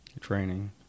Training